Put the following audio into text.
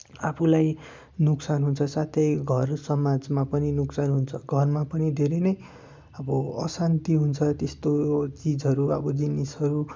आफूलाई नोक्सान हुन्छ साथै घर समाजमा पनि नोक्सान हुन्छ घरमा पनि धेरै नै अब अशान्ति हुन्छ त्यस्तो चिजहरू अब जिनिसहरू